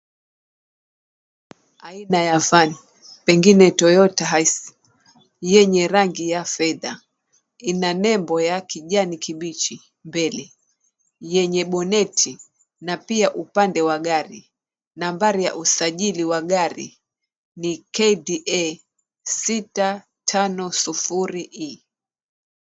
Aina ya van pengine Toyota yenye rangi ya fedha ina nembo ya kijani kibichi mbele yenye boneti na pia upande wa gari. Nambari ya usajili wa gari KDA 650E.